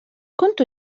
كنت